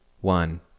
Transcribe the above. one